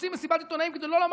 עושים מסיבת עיתונאים כדי לא לומר